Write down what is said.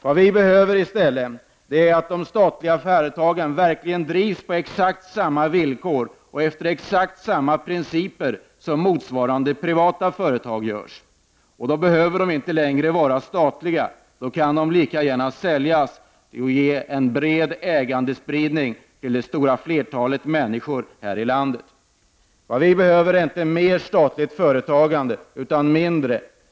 Vad vi i stället behöver är att de statliga företagen verkligen drivs på exakt samma villkor och efter exakt samma principer som är fallet med motsvarande privata företag. Då behöver de inte längre vara statliga. Då kan de lika gärna säljas och ge en bred ägandespridning till de stora flertalet människor här i landet. Vad vi behöver är inte mer av statligt företagande, utan mindre.